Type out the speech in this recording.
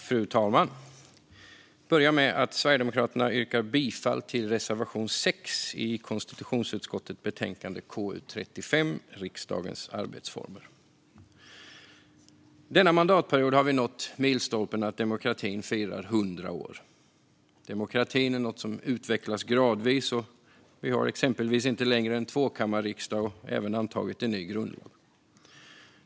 Fru talman! Jag börjar med att för Sverigedemokraternas räkning yrka bifall till reservation 6 i konstitutionsutskottets betänkande KU35 Riksdagens arbetsformer . Denna mandatperiod har vi nått milstolpen att demokratin firar 100 år. Demokrati är något som utvecklas gradvis. Vi har exempelvis inte längre en tvåkammarriksdag, och vi har även antagit en ny grundlag.